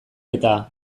eta